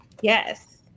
Yes